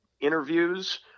interviews